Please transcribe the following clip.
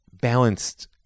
balanced